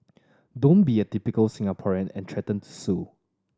don't be a typical Singaporean and threaten to sue